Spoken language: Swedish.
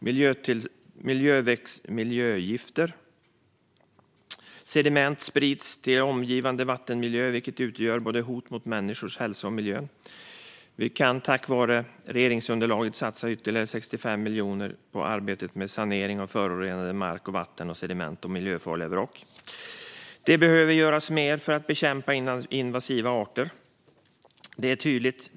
Miljögifter i bland annat sediment sprids till omgivande vattenmiljö, vilket utgör ett hot mot både människors hälsa och miljön. Vi kan tack vare regeringsunderlaget satsa ytterligare 65 miljoner på arbetet med sanering av förorenade marker, vatten, sediment och miljöfarliga vrak. Att vi behöver göra mer för att bekämpa invasiva arter är tydligt.